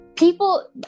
People